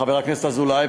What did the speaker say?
חבר הכנסת אזולאי,